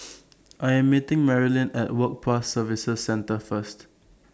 I'm meeting Maryellen At Work Pass Services Centre First